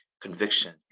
conviction